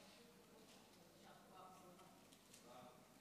אדוני היושב-ראש, יושב-ראש ועדת